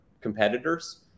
competitors